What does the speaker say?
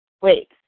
Wait